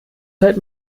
zeit